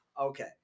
okay